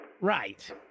Right